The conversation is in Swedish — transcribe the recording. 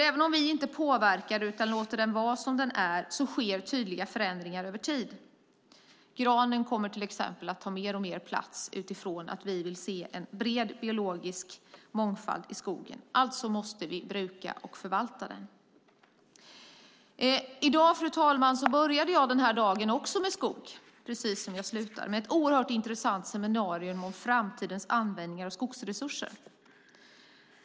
Även om vi inte påverkar den utan låter den vara som den är sker tydliga förändringar över tid. Granen kommer till exempel att ta mer och mer plats med tanke på att vi vill se en bred biologisk mångfald i skogen. Alltså måste vi bruka och förvalta den. Jag började den här dagen med skog, precis som jag slutar den. Jag var på ett oerhört intressant seminarium om framtidens användning av skogens resurser.